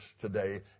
today